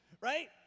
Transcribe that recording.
Right